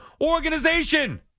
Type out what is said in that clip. organization